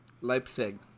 Leipzig